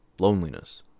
loneliness